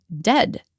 dead